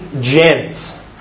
gems